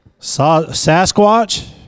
Sasquatch